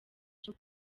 cyo